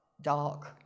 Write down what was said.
dark